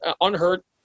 unhurt